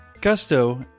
Gusto